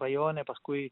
rajone paskui